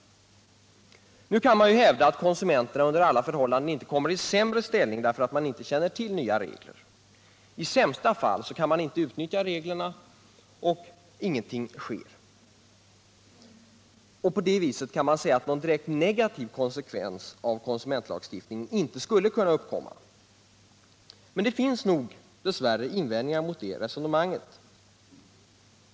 Nu kan man ju hävda att konsumenterna under alla förhållanden inte kommer i en sämre ställning därför att de inte känner till nya regler. I sämsta fall kan de inte utnyttja sina möjligheter enligt reglerna och ingenting sker. Någon direkt negativ konsekvens av konsumentlagstiftningen skulle sålunda inte kunna uppkomma. Men det finns dess värre invändningar mot det resonemanget.